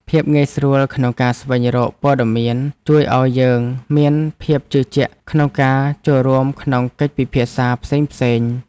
ភាពងាយស្រួលក្នុងការស្វែងរកព័ត៌មានជួយឱ្យយើងមានភាពជឿជាក់ក្នុងការចូលរួមក្នុងកិច្ចពិភាក្សាផ្សេងៗ។